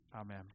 Amen